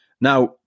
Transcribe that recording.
Now